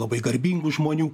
labai garbingų žmonių